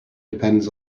depends